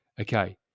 Okay